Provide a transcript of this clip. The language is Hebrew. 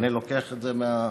אני לוקח את זה מהכינוס.